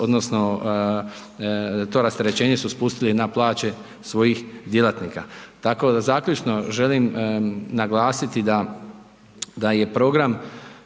odnosno to rasterećenje su spustili na plaće svojih djelatnika. Tako, zaključno želim naglasiti da je program